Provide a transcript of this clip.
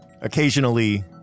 Occasionally